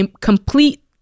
complete